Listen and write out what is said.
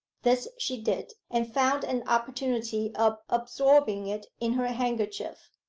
this she did, and found an opportunity of absorbing it in her handkerchief.